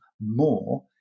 more